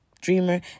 dreamer